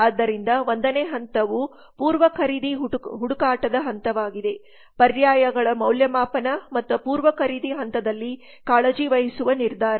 ಆದ್ದರಿಂದ 1 ನೇ ಹಂತವು ಪೂರ್ವ ಖರೀದಿ ಹುಡುಕಾಟದ ಹಂತವಾಗಿದೆ ಪರ್ಯಾಯಗಳ ಮೌಲ್ಯಮಾಪನ ಮತ್ತು ಪೂರ್ವ ಖರೀದಿ ಹಂತದಲ್ಲಿ ಕಾಳಜಿ ವಹಿಸುವ ನಿರ್ಧಾರ